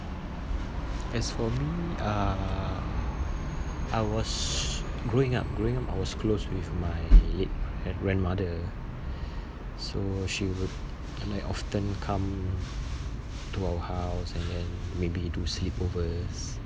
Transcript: as for me uh I was growing up growing up I was close with my late grandmother so she would like often come to our house and then maybe do sleepovers